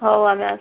ହଉ ଆମେ ଆସୁଛୁ